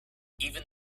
even